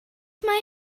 mae